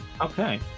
Okay